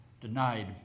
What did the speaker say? denied